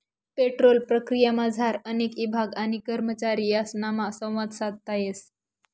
petrol प्रक्रियामझार अनेक ईभाग आणि करमचारी यासनामा संवाद साधता येस